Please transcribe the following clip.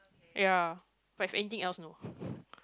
ya but if anything else no